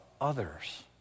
others